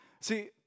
See